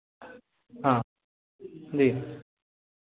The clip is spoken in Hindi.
हाँ जी